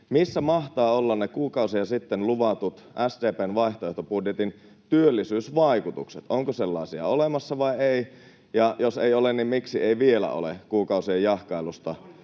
Missä mahtavat olla ne kuukausia sitten luvatut SDP:n vaihtoehtobudjetin työllisyysvaikutukset? Onko sellaisia olemassa, vai ei? Ja jos ei ole, niin miksi ei vielä ole kuukausien jahkailusta